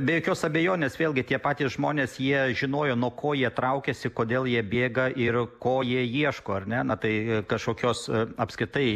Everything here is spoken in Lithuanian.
be jokios abejonės vėlgi tie patys žmonės jie žinojo nuo ko jie traukiasi kodėl jie bėga ir ko jie ieško ar ne na tai kažkokios apskritai